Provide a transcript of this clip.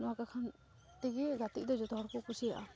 ᱱᱚᱣᱟ ᱠᱟᱨᱚᱱ ᱛᱮᱜᱮ ᱜᱟᱛᱮᱜᱫᱚ ᱡᱚᱛᱚ ᱦᱚᱲᱠᱚ ᱠᱩᱥᱤᱭᱟᱜᱼᱟ